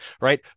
right